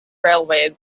railway